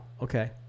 Okay